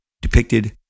depicted